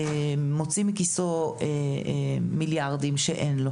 מוציא מכיסו מיליארדים שאין לו